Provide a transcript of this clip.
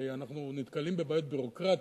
הרי אנחנו נתקלים בבעיות ביורוקרטיות,